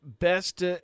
best